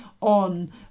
on